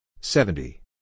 Seventy